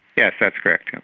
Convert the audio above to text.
yes, that's correct.